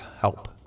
help